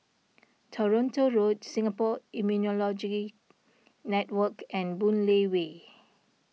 Toronto Road Singapore Immunology Network and Boon Lay Way